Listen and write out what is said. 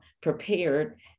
prepared